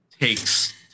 takes